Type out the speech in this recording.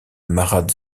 marat